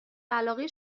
علاقه